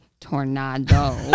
tornado